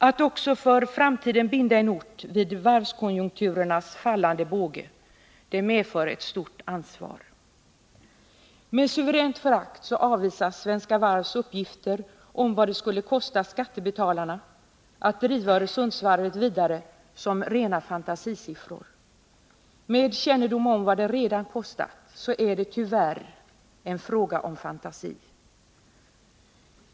Att också för framtiden binda en ort vid varvskonjunkturens fallande båge medför ett stort ansvar. Med suveränt förakt avvisas som rena fantasisiffror Svenska Varvs uppgifter om vad det skulle kosta skattebetalarna att driva Öresundsvarvet vidare. Med kännedom om vad det redan kostat så är det, tyvärr, inte fråga om fantasi.